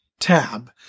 Tab